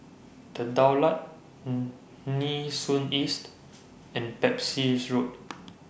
The Daulat Nee Soon East and Pepys Road